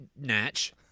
Natch